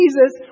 Jesus